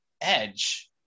Edge